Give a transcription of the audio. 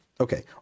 Okay